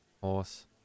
Horse